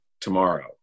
tomorrow